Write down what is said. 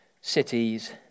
cities